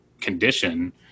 condition